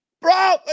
bro